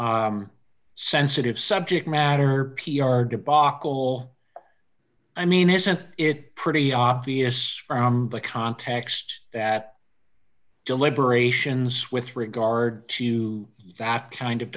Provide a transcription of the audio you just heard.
day sensitive subject matter p r debacle i mean isn't it pretty obvious from the context that deliberations with regard to that kind of